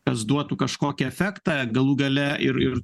kas duotų kažkokį efektą galų gale ir ir